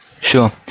Sure